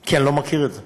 כי אני לא מכיר את זה.